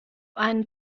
einen